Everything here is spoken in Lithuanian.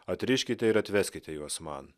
atriškite ir atveskite juos man